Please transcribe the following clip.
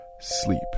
sleep